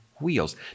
wheels